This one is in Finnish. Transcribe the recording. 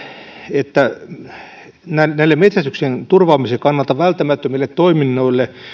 että näille metsästyksen turvaamisen kannalta välttämättömille toiminnoille